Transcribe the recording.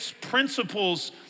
principles